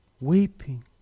weeping